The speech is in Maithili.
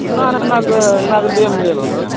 ना ना नगऽ नगदे मे लेब हमे